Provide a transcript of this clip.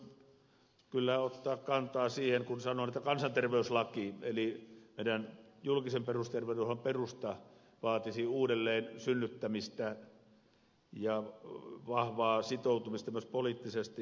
haluan kyllä myös ottaa kantaa siihen kun sanoin että kansanterveyslaki eli meidän julkisen perusterveydenhuollon perusta vaatisi uudelleen synnyttämistä ja vahvaa sitoutumista myös poliittisesti